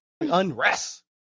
Unrest